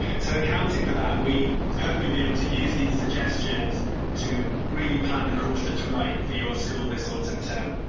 so accounting for that we hope you'll be able to use these suggestions to really plan the course that's right for your school this autumn term.